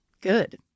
Good